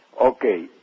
Okay